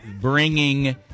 bringing